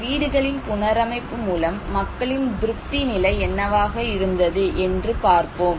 இந்த வீடுகளின் புனரமைப்பு மூலம் மக்களின் திருப்தி நிலை என்னவாக இருந்தது என்று பார்ப்போம்